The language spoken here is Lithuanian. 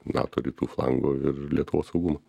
nato rytų flango ir lietuvos saugumą